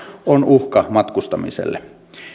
on uhka matkustamiselle